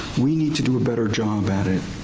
we need to do a better job at it.